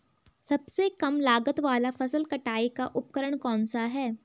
सबसे कम लागत वाला फसल कटाई का उपकरण कौन सा है?